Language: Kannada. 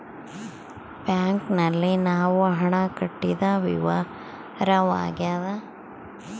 ಬ್ಯಾಂಕ್ ನಲ್ಲಿ ನಾವು ಹಣ ಕಟ್ಟಿದ ವಿವರವಾಗ್ಯಾದ